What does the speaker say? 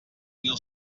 mil